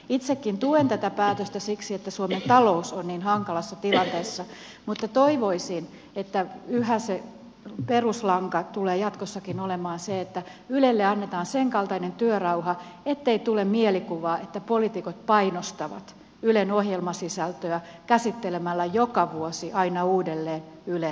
itsekin tuen tätä päätöstä siksi että suomen talous on niin hankalassa tilanteessa mutta toivoisin että yhä se peruslanka tulee jatkossakin olemaan se että ylelle annetaan senkaltainen työrauha ettei tule mielikuvaa että poliitikot painostavat ylen ohjelmasisältöä käsittelemällä joka vuosi aina uudelleen ylen rahoitusta